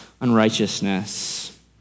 unrighteousness